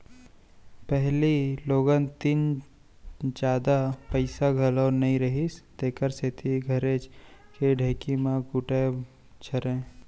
पहिली लोगन तीन जादा पइसा घलौ नइ रहिस तेकर सेती घरेच के ढेंकी म कूटय छरय